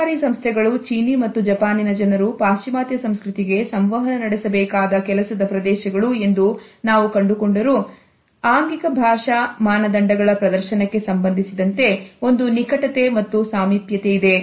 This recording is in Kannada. ವ್ಯಾಪಾರಿ ಸಂಸ್ಥೆಗಳು ಚೀನೀ ಮತ್ತು ಜಪಾನಿನ ಜನರು ಪಾಶ್ಚಿಮಾತ್ಯ ಸಂಸ್ಕೃತಿಗೆ ಸಂವಹನ ನಡೆಸಬೇಕಾದ ಕೆಲಸದ ಪ್ರದೇಶಗಳು ಎಂದು ನಾವು ಕಂಡುಕೊಂಡರು ಸಹ ಆಂಗಿಕ ಭಾಷಾ ಮಾನದಂಡಗಳ ಪ್ರದರ್ಶನಕ್ಕೆ ಸಂಬಂಧಿಸಿದಂತೆ ಒಂದು ನಿಕಟತೆ ಮತ್ತು ಸಾಮೀಪ್ಯವಿದೆ